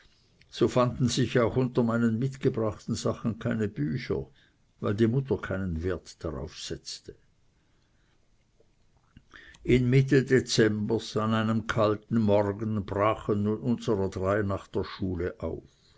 so fanden sich auch unter meinen mitgebrachten sachen keine bücher weil die mutter keinen wert darauf setzte in mitte dezembers an einem kalten morgen brachen nun unser drei nach der schule auf